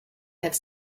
have